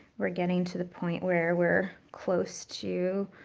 we're getting to the point where we're close to